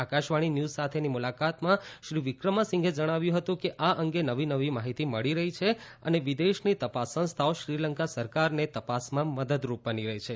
Akashvani news સાથેની મુલાકાતમાં શ્રી વિક્રમસિંઘેએ જણાવ્યું હતું કે આ અંગે નવી નવી માહિતી મળી રહી છે અને વિદેશની તપાસ સંસ્થાઓ શ્રીલંકા સરકારને તપાસમાં મદદરૂપ બની રહી છે